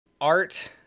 Art